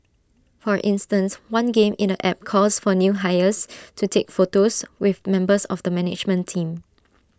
for instance one game in the app calls for new hires to take photos with members of the management team